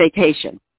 vacation